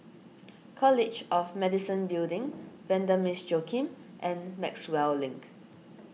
College of Medicine Building Vanda Miss Joaquim and Maxwell Link